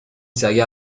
سگه